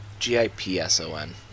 G-I-P-S-O-N